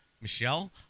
Michelle